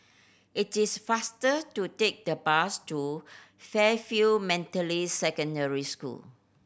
it is faster to take the bus to Fairfield Methodist Secondary School